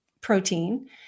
protein